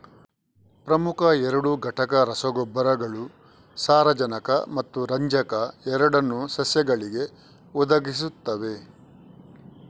ಪ್ರಮುಖ ಎರಡು ಘಟಕ ರಸಗೊಬ್ಬರಗಳು ಸಾರಜನಕ ಮತ್ತು ರಂಜಕ ಎರಡನ್ನೂ ಸಸ್ಯಗಳಿಗೆ ಒದಗಿಸುತ್ತವೆ